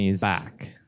Back